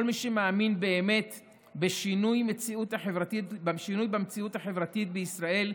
כל מי שמאמין באמת בשינוי במציאות החברתית בישראל,